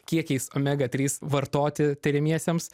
kiekiais omega trys vartoti tiriamiesiems